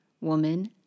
woman